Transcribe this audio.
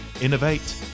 Innovate